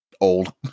old